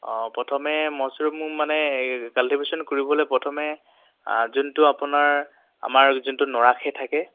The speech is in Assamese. অঁ প্ৰথমে মচৰুম মানে কাল্টিভেশ্যন কৰিবলে প্ৰথমে যোনটো আপোনাৰ আমাৰ যোনটো নৰা খেৰ থাকে